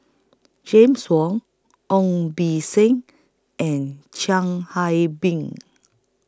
James Wong Ong B Seng and Chiang Hai Bing